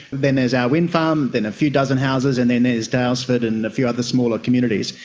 then there's our wind farm, then a few dozen houses and then there's daylesford and a few other smaller communities,